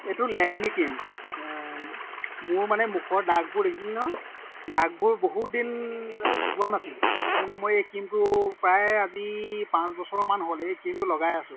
এইটো লেকমি ক্ৰীম মোৰ মানে মুখত দাগবোৰ দেখিছিলি নহয় দাগবোৰ বহুতদিনলৈ যোৱা নাছিল কিন্তু মই এই ক্ৰীমটো প্ৰায় আজি পাঁচ বছৰমান হ'ল এই ক্ৰীমটো লগাই আছোঁ